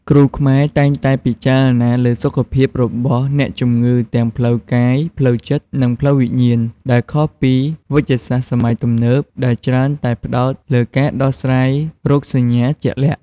គ្រូខ្មែរតែងតែពិចារណាលើសុខភាពរបស់អ្នកជំងឺទាំងផ្លូវកាយ ផ្លូវចិត្ត និងផ្លូវវិញ្ញាណ ដែលខុសពីវេជ្ជសាស្ត្រសម័យទំនើបដែលច្រើនតែផ្ដោតលើការដោះស្រាយរោគសញ្ញាជាក់លាក់។